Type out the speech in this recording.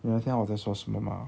你能听到我在说什么吗